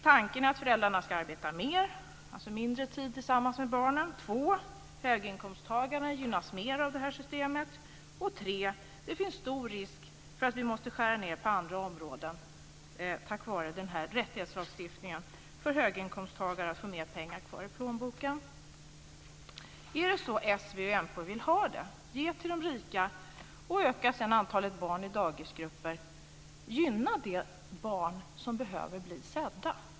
Tanken är att föräldrarna ska arbeta mer, alltså mindre tid tillsammans med barnen. 2. Höginkomsttagarna gynnas mer av det här systemet. 3. Det finns stor risk för att vi måste skära ned på andra områden, på grund av den här rättigheten för höginkomsttagare att få mer pengar kvar i plånboken. Är det så s, v och mp vill ha det? Att ge till de rika och sedan öka antalet barn i dagisgrupperna. Gynnar det barn som behöver bli sedda?